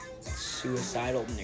Suicidal